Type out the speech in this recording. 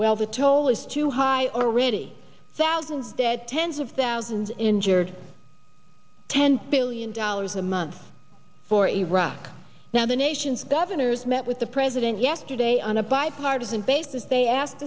well the toll is too high already thousands dead tens of thousands injured ten billion dollars a month for iraq now the nation's governors met with the president yesterday on a bipartisan basis they asked